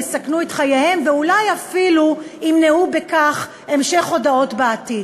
יסכנו את חייהם ואולי אפילו ימנעו בכך המשך הודאות בעתיד.